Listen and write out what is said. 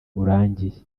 urangiye